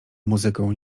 muzyką